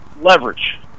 Leverage